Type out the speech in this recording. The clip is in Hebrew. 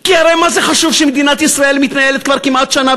כי הרי מה זה חשוב שמדינת ישראל מתנהלת כבר כמעט שנה